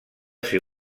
ser